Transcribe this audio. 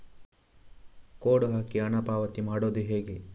Code ಹಾಕಿ ಹಣ ಪಾವತಿ ಮಾಡೋದು ಹೇಗೆ?